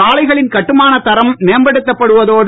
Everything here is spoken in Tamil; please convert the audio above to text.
சாலைகளின் கட்டுமானத் தரம் மேம்படுத்தப் படுவதோடு